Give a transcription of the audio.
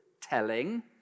telling